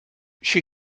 she